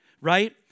right